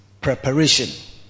preparation